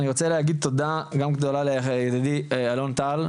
אני רוצה להגיד תודה גם גדולה לידידי אלון טל,